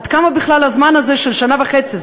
עד כמה בכלל הזמן הזה של שנה וחצי,